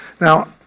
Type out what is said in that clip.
Now